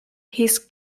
his